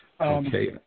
Okay